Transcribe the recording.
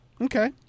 Okay